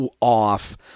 Off